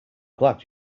glad